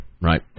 Right